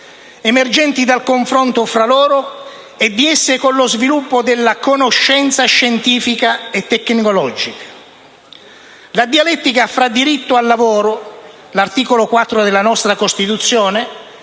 emergenti dal confronto fra loro e di esse con lo sviluppo della conoscenza scientifica e tecnologica. La dialettica fra diritto al lavoro (articolo 4 della Costituzione)